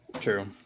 True